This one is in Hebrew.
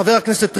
חבר הכנסת ריבלין,